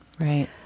right